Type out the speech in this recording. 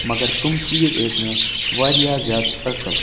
مگر تِم چیٖز ٲسۍ مےٚ واریاہ زیادٕ اَصٕل